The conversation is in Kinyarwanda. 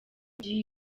gihe